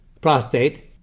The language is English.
prostate